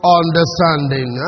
understanding